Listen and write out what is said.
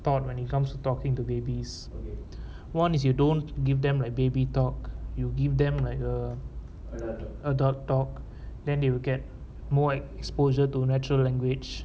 thought when it comes to talking to babies one is you don't give them like baby talk you give them like a adult talk then they will get more exposure to natural language